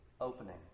opening